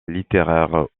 littéraires